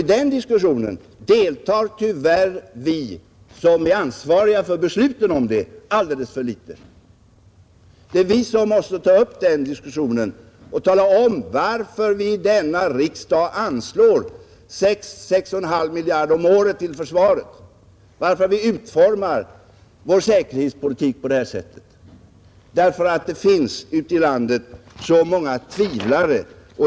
I den diskussionen deltar tyvärr vi som är ansvariga för besluten alldeles för litet. Det är vi som måste ta upp den diskussionen och tala om, varför vi i denna riksdag anslår 6,5 miljarder om året till försvaret och varför vi utformar vår säkerhetspolitik på detta sätt. Det finns nämligen ute i landet så många tvivlare.